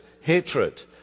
hatred